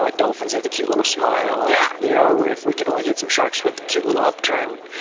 like dolphins have the cute little smile. yeah you know if we could only get some sharks with cute little upturned,